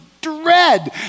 dread